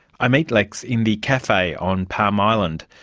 i meet lex in the cafe on palm island.